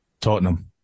Tottenham